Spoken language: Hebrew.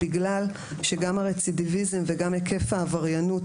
בגלל שגם הרצידיביזם וגם היקף העבריינות